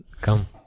Come